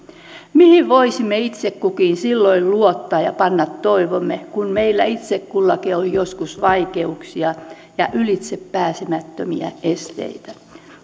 mihin voisimme itse kukin silloin luottaa ja panna toivomme kun meillä itse kullakin on joskus vaikeuksia ja ylitsepääsemättömiä esteitä